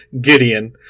Gideon